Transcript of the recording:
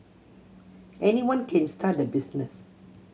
anyone can start the business